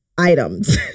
items